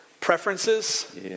preferences